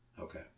Okay